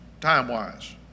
time-wise